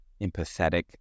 empathetic